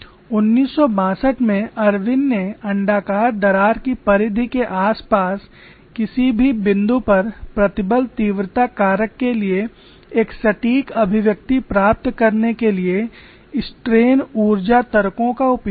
1962 में इरविन ने अण्डाकार दरार की परिधि के आसपास किसी भी बिंदु पर प्रतिबल तीव्रता कारक के लिए एक सटीक अभिव्यक्ति प्राप्त करने के लिए स्ट्रेन ऊर्जा तर्कों का उपयोग किया